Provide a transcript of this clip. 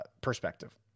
perspective